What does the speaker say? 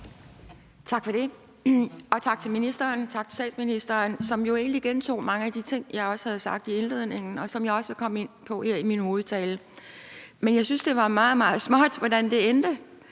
og integrationsministeren, og tak til statsministeren, som jo egentlig gentog mange af de ting, jeg også havde sagt i indledningen, og som jeg også vil komme ind på her i min hovedtale. Men jeg synes, det var meget, meget småt, hvordan det endte.